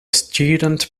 student